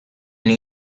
and